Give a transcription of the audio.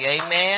Amen